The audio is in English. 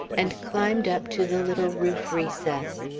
and climbed up to the little roof recess.